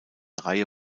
reihe